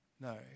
No